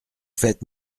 faites